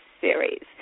Series